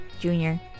Junior